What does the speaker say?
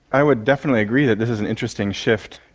i would definitely agree that this is an interesting shift.